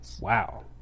Wow